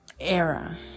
era